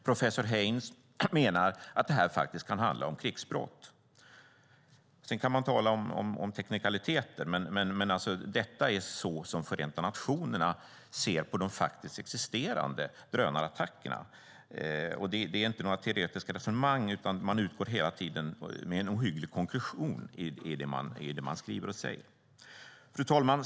Professor Heyns menar att det här faktiskt kan handla om krigsbrott. Sedan kan man tala om teknikaliteter, men detta är så som Förenta nationerna ser på de faktiskt existerande drönarattackerna. Det är inte några teoretiska resonemang, utan man utgår hela tiden från en ohygglig konkretion i det man skriver och säger. Fru talman!